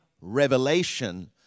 revelation